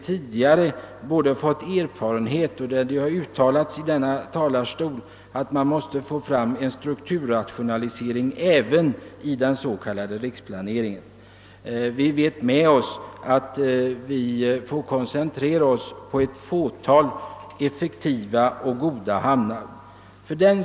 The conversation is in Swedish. Man måste få fram en strukturrationalisering även i den s.k. riksplaneringen. Vi vet att vi måste koncentrera oss på ett fåtal effektiva och goda hamnar.